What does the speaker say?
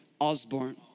Osborne